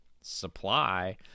supply